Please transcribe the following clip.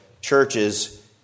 churches